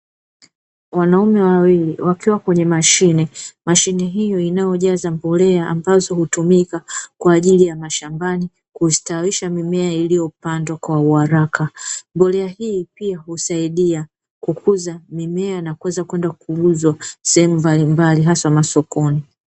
Wanaume wawili wakiwa kwenye mashine. Mashine hiyo inayojaza mbolea ambazo hutumika kwa ajili ya mashambani kustawisha mimea iliyopandwa kwa haraka. Mbolea hii pia husaidia kukuza mimea na kuweza kwenda kuuzwa sehemu mbalimbali hasa masokoni.